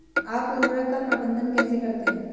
आप उर्वरक का प्रबंधन कैसे करते हैं?